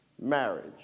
marriage